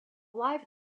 live